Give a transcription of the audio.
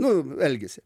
nu elgesį